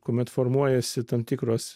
kuomet formuojasi tam tikros